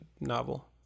novel